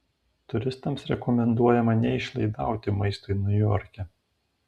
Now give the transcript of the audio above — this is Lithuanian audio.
turistams rekomenduojama neišlaidauti maistui niujorke